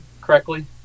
correctly